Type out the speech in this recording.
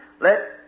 let